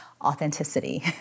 authenticity